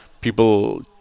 people